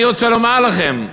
אני רוצה לומר לכם: